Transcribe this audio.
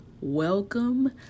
welcome